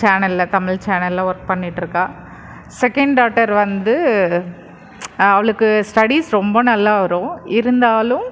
சேனலில் தமிழ் சேனலில் ஒர்க் பண்ணிட்டுருக்கா செகண்ட் டாட்டர் வந்து அவளுக்கு ஸ்டடிஸ் ரொம்ப நல்லா வரும் இருந்தாலும்